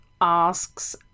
asks